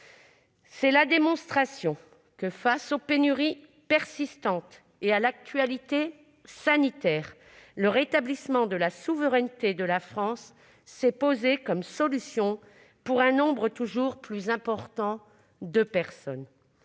C'est la démonstration que, face aux pénuries persistantes et à l'actualité sanitaire, le rétablissement de souveraineté de la France s'est imposé comme la solution pour un nombre toujours plus important de personnes.